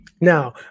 now